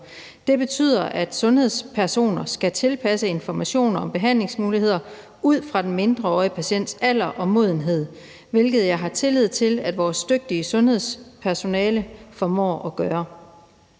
Det betyder, at sundhedspersoner skal tilpasse informationer om behandlingsmuligheder ud fra den mindreårige patients alder og modenhed, hvilket jeg har tillid til at vores dygtige sundhedspersonale formår at gøre.